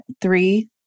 three